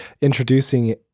introducing